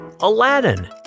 Aladdin